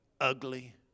ugly